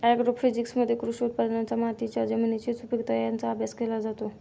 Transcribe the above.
ॲग्रोफिजिक्समध्ये कृषी उत्पादनांचा मातीच्या जमिनीची सुपीकता यांचा अभ्यास केला जातो